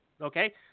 Okay